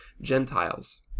Gentiles